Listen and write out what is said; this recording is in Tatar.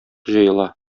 җыела